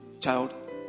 child